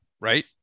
Right